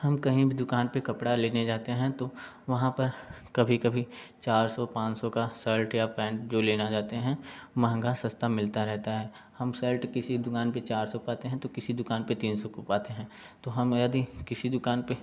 हम कहीं भी दुकान पे कपड़ा लेने जाते हैं तो वहाँ पर कभी कभी चार सो पाँच सो का सर्ट या पैंट जो लेना जाते हैं महंगा सस्ता मिलता रहता है हम सर्ट किसी दुकान पे चार सौ का पाते हैं तो किसी दुकान पे तीन सौ का पाते हैं हम यदि किसी दुकान पे